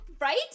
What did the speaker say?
Right